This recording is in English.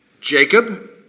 Jacob